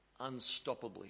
unstoppably